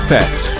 Pets